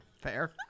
Fair